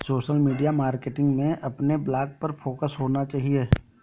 social media marketing में अपने blog पर फोकस होना चाहिए